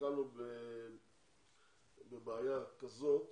נתקלנו בבעיה כזאת